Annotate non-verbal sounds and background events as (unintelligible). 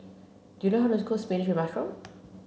do you know how to (unintelligible) cook spinach mushroom